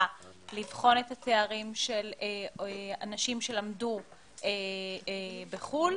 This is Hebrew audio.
לבחון את התארים של אנשים שלמדו בחוץ לארץ.